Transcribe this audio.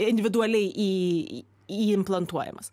individualiai į įimplantuojamas